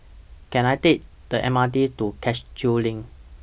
Can I Take The M R T to Cashew LINK